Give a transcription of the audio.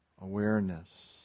awareness